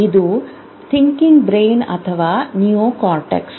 ಇದು thinking brain ಅಥವಾ neocortex